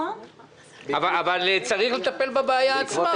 אבל צריך לטפל בבעיה עצמה.